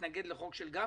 תתנגד לחוק של גפני?